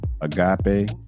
agape